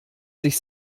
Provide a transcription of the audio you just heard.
sich